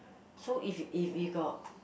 so if you if you got